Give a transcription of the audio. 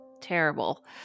terrible